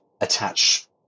attach